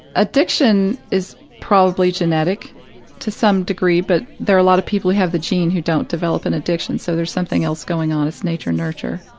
addiction is probably genetic to some degree but there are a lot of people who have the gene who don't develop an addiction so there's something else going on it's nature nurture.